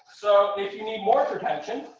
so if you need more protection,